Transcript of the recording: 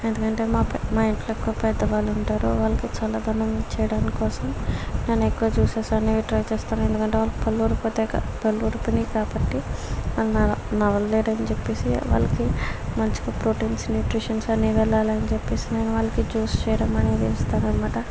ఎందుకంటే మా ఇంట్లో ఎక్కువ పెద్దవాళ్ళు ఉంటారు వాళ్ళకి చల్లదనం చేయడానికి కోసం నేను ఎక్కువ జ్యూసెస్ అనేవి ట్రై చేస్తాను ఎందుకంటే వాళ్ళకి పళ్ళు ఊడిపోతాయి క పళ్ళు ఊడిపోయాయి కాబట్టి అండ్ నమలలేరు అని చెప్పేసి వాళ్ళకి మంచిగా ప్రోటీన్స్ న్యూట్రిషన్స్ అనేవి వెళ్ళాలి అని చెప్పేసి నేను వాళ్ళకి జ్యూస్ చేయడం అనేది ఇస్తాను అన్నమాట